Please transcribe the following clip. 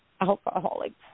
alcoholics